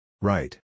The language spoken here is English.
Right